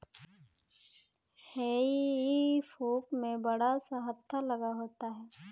हेई फोक में बड़ा सा हत्था लगा होता है